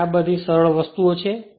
તેથી આ બધી સરળ વસ્તુઓ છે